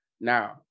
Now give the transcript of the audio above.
Now